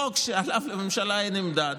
חוק שעליו לממשלה אין עמדה,